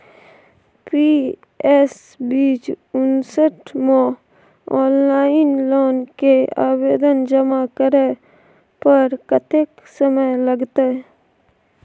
PS बीच उनसठ म ऑनलाइन लोन के आवेदन जमा करै पर कत्ते समय लगतै?